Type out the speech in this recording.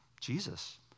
Jesus